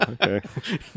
Okay